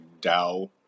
DAO